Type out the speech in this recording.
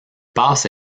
passe